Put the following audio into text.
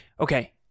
Okay